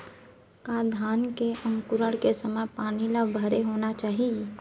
का धान के अंकुरण के समय पानी ल भरे होना चाही?